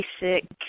basic